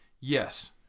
Yes